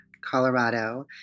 Colorado